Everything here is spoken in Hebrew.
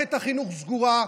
מערכת החינוך סגורה,